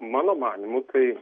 mano manymu tai